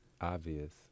Obvious